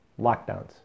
lockdowns